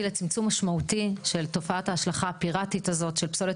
לצמצום משמעותי של תופעת ההשלכה הפיראטית הזאת של פסולת